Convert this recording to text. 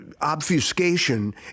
obfuscation